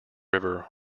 river